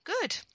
Good